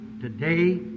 Today